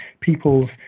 people's